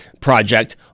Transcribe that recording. project